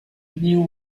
néo